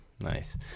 Nice